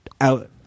out